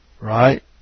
Right